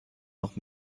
noch